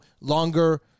longer